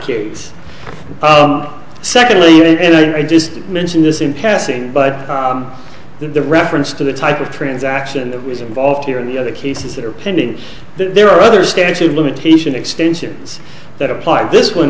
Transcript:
case secondly and i just mention this in passing but the reference to the type of transaction that was involved here in the other cases that are pending there are other statute of limitation extensions that apply to this one